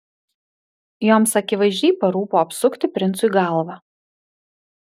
joms akivaizdžiai parūpo apsukti princui galvą